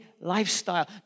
lifestyle